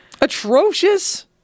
Atrocious